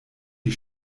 die